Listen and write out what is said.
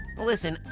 listen,